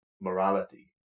morality